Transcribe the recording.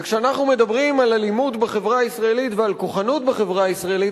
וכשאנחנו מדברים על אלימות בחברה הישראלית ועל כוחנות בחברה הישראלית,